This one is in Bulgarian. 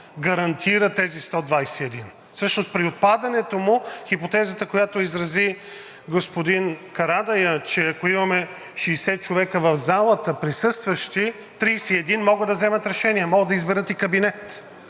гарантира тези 121. Всъщност при отпадането му хипотезата, която изрази господин Карадайъ, че ако имаме 60 човека присъстващи в залата, 31 могат да вземат решение, могат да изберат и кабинет,